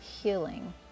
healing